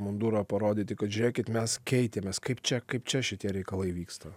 mundurą parodyti kad žėkit mes keitėmės kaip čia kaip čia šitie reikalai vyksta